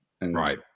Right